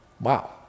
Wow